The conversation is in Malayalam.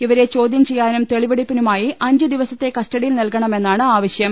ഇവരെ ചോദൃം ചെയ്യാനും തെളിവെടുപ്പിനു മായി അഞ്ച് ദിവസത്തെ കസ്റ്റഡിയിൽ നൽകണമെന്നാണ് ആവശ്യം